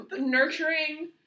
nurturing